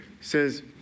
says